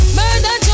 murder